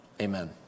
Amen